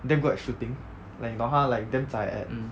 damn good at shooting like 你懂他 like damn zai at